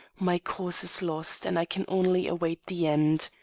my cause is lost, and i can only await the end.